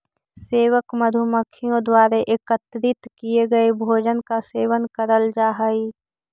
सेवक मधुमक्खियों द्वारा एकत्रित किए गए भोजन का सेवन करल जा हई